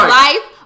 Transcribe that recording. life